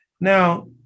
Now